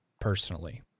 personally